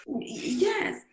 Yes